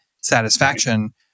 satisfaction